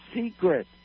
secret